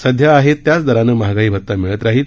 सध्या आहे त्याच दराने महागाई भता मिळत राहील